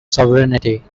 sovereignty